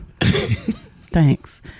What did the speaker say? Thanks